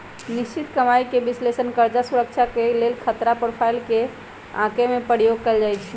निश्चित कमाइके विश्लेषण कर्जा सुरक्षा के लेल खतरा प्रोफाइल के आके में प्रयोग कएल जाइ छै